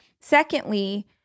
Secondly